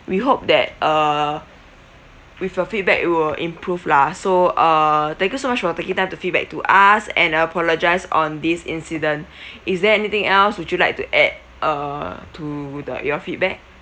we hope that err with your feedback we'll improve lah so err thank you so much for taking time to feedback to us and apologise on this incident is there anything else would you like to add err to the your feedback